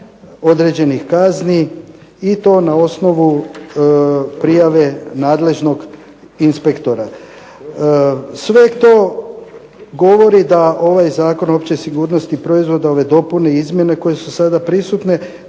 određenih kazni i to na osnovu prijave nadležnog inspektora. Sve to govori da ovaj Zakon o općoj sigurnosti proizvoda, ove dopune i izmjene koje su sada prisutne